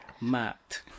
Matt